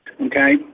okay